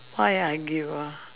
why I argued ah